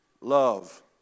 love